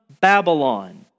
Babylon